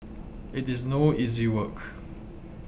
it is no easy work